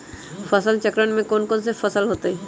फसल चक्रण में कौन कौन फसल हो ताई?